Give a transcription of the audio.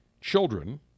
children